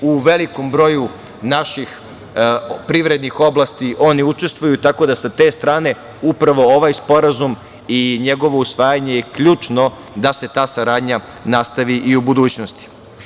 U velikom broju naših privrednih oblasti oni učestvuju, tako da sa te strane upravo ovaj sporazum i njegovo usvajanje je ključno da se ta saradnja nastavi i u budućnosti.